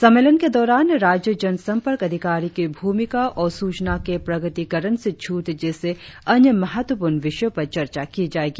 सम्मेलन के दौरान राज्य जन संपर्क अधिकारी की भूमिका और सूचना के प्रकटीकरण से छूट जैसे अन्य महत्वपूर्ण विषयों पर चर्चा की जाएगी